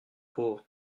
pauvre